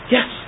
Yes